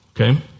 okay